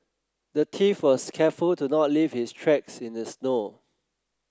the thief was careful to not leave his tracks in the snow